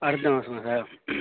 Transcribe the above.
அடுத்த மாதமா சார்